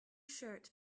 shirt